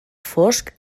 fosc